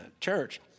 church